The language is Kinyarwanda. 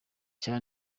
cya